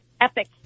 epic